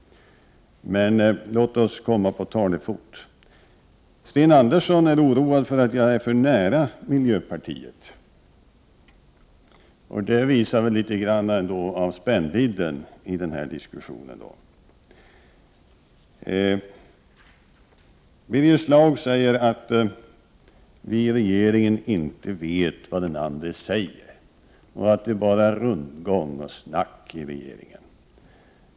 Men låt oss komma på talefot. Sten Andersson i Malmö är oroad för att jag ligger för nära miljöpartiet, och detta visar väl ändå något av spännvidden i diskussionen. Birger Schlaug säger att den ene inte vet vad den andre säger inom regeringen och att det bara är rundgång och snack inom regeringen.